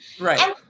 Right